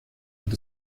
und